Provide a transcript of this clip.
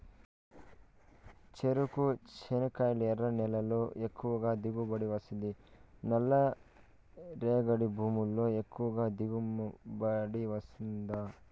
చెరకు, చెనక్కాయలు ఎర్ర నేలల్లో ఎక్కువగా దిగుబడి వస్తుందా నల్ల రేగడి భూముల్లో ఎక్కువగా దిగుబడి వస్తుందా